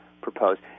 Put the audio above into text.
proposed